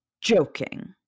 joking